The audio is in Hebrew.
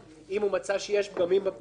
אם הוא מצא שיש פגמים בפעילות,